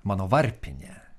mano varpinė